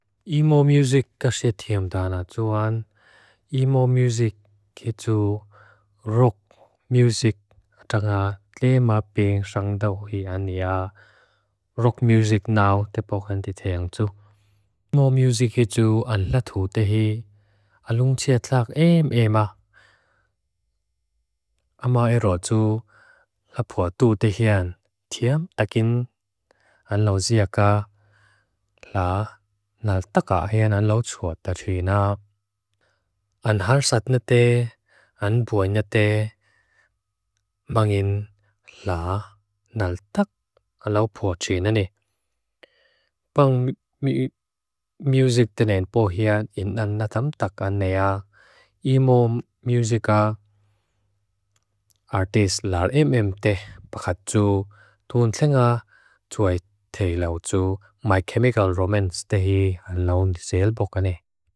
Imo Music kaxet theem daana tsuwan. Imo Music keechu ruk music. Chaga le ma bing sangda uhi ania ruk music naaw tepokhan titheang tsu. Imo Music keechu an latu tehi alung tse tlak eem eem ah. A'ma e rotu la pua tu tehian tiam takin. An lau ziaka la naltaka hean an lau tsua ta trina. An harsat nite, an bua nite, mangin la naltak an lau pua trinane. Pang muzik tenean pohian ina naltam tak an ea. Imo Music a artist laar eem eem teh pahatu. Tuhun tlinga tsua tehi lau tsu. My Chemical Romance tehi an laun tsel pokane.